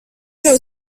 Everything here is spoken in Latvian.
tev